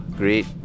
great